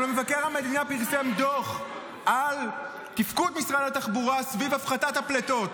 אבל מבקר המדינה פרסם דוח על תפקוד משרד התחבורה סביב הפחתת הפליטות.